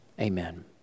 amen